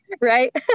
Right